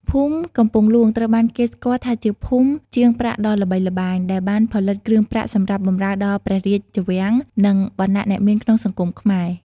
ភូមិកំពង់ហ្លួងត្រូវបានគេស្គាល់ថាជាភូមិជាងប្រាក់ដ៏ល្បីល្បាញ ដែលបានផលិតគ្រឿងប្រាក់សម្រាប់បម្រើដល់ព្រះរាជវាំង និងវណ្ណៈអ្នកមានក្នុងសង្គមខ្មែរ។